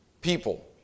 people